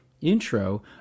intro